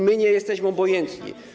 My nie jesteśmy obojętni.